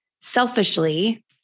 selfishly